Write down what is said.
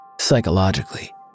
Psychologically